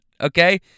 okay